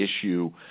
issue